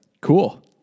cool